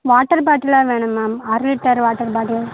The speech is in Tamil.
வாட்டர் பாட்டில்லாம் வேணாம் அரை லிட்டர் வாட்டர் பாட்டில்